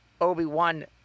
Obi-Wan